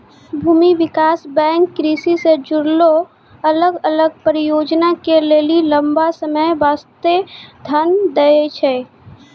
भूमि विकास बैंक कृषि से जुड़लो अलग अलग परियोजना के लेली लंबा समय बास्ते धन दै छै